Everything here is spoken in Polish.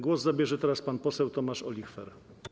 Głos zabierze teraz pan poseł Tomasz Olichwer.